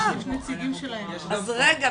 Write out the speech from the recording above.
אהה אז רגע,